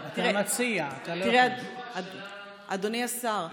אדוני השר,